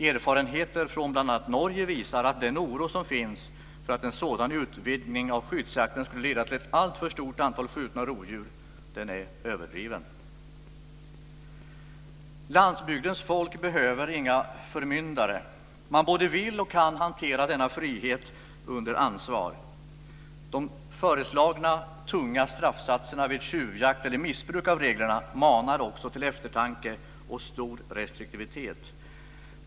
Erfarenheter från bl.a. Norge visar att den oro som finns för att en sådan utvidgning av skyddsjakten skulle leda till ett alltför stort antal skjutna rovdjur är överdriven. Landsbygdens folk behöver inga förmyndare. Man både vill och kan hantera denna frihet under ansvar. De föreslagna tunga straffsatserna vid tjuvjakt eller missbruk av reglerna manar också till eftertanke och stor restriktivitet.